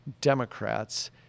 Democrats